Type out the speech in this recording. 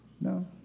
No